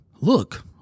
look